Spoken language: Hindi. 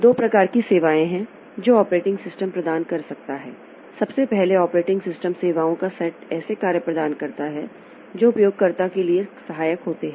दो प्रकार की सेवाएं हैं जो ऑपरेटिंग सिस्टम प्रदान कर सकता है सबसे पहले ऑपरेटिंग सिस्टम सेवाओं का सेट ऐसे कार्य प्रदान करता है जो उपयोगकर्ता के लिए सहायक होते हैं